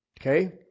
okay